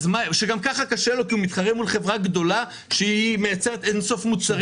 כשגם ככה קשה לו כי הוא מתחרה מול חברה גדולה שמייצרת אין-סוף מוצרים.